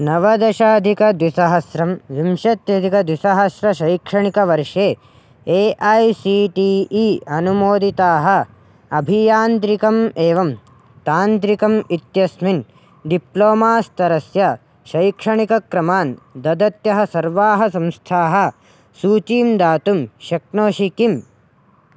नवदशाधिकद्विसहस्रं विंशत्यधिकद्विसहस्र शैक्षणिकवर्षे A I C T E अनुमोदिताः अभियान्त्रिकम् एवम् तान्त्रिकम् इत्यस्मिन् डिप्लोमा स्तरस्य शैक्षणिकक्रमान् ददत्यः सर्वाः संस्थाः सूचीं दातुं शक्नोषि किम्